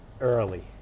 early